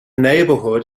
neighborhood